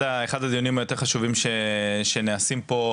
זה אחד הדיונים היותר חשובים שנעשים פה,